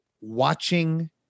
watching